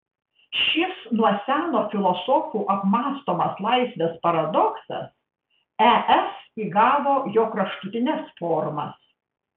šis nuo seno filosofų apmąstomas laisvės paradoksas es įgavo jo kraštutines formas